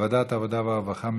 לוועדת העבודה והרווחה.